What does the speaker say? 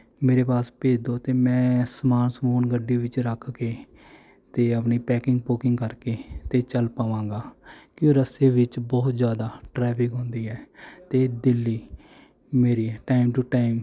ਮੇਰੇ ਪਾਸ ਭੇਜ ਦਿਉ ਅਤੇ ਮੈਂ ਸਮਾਨ ਸਮੂਨ ਗੱਡੀ ਵਿੱਚ ਰੱਖ ਕੇ ਅਤੇ ਆਪਣੀ ਪੈਕਿੰਗ ਪੁਕਿੰਗ ਕਰਕੇ ਅਤੇ ਚੱਲ ਪਵਾਂਗਾ ਕਿਉਂ ਰਸਤੇ ਵਿੱਚ ਬਹੁਤ ਜ਼ਿਆਦਾ ਟਰੈਫਿਕ ਹੁੰਦੀ ਹੈ ਅਤੇ ਦਿੱਲੀ ਮੇਰੀ ਟਾਈਮ ਟੂ ਟਾਈਮ